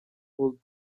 would